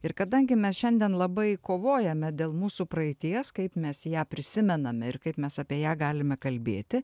ir kadangi mes šiandien labai kovojame dėl mūsų praeities kaip mes ją prisimename ir kaip mes apie ją galime kalbėti